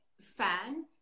fan